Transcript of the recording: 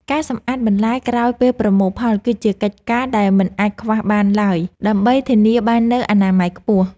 ការសម្អាតបន្លែក្រោយពេលប្រមូលផលគឺជាកិច្ចការដែលមិនអាចខ្វះបានឡើយ ដើម្បីធានាបាននូវអនាម័យខ្ពស់។